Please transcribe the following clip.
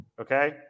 okay